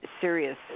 Serious